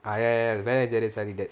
ah ya ya ya the Ben & Jerry's [one]